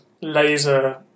laser